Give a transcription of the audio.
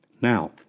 Now